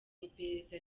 iperereza